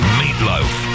meatloaf